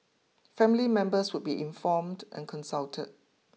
family members would be informed and consulted